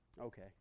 Okay